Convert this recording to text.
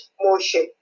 motion